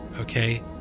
okay